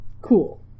Cool